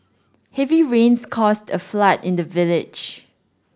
heavy rains caused a flood in the village